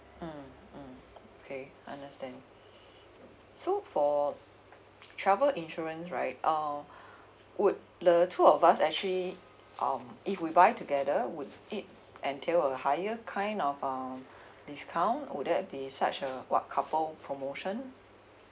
mm mm okay understand so for travel insurance right um would the two of us actually um if we buy together would it entail a higher kind of um discount would that be such uh what couple promotion